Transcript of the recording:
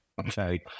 okay